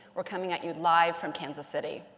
we're coming at you live from kansas city.